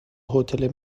هتل